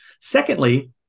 Secondly